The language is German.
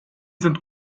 sind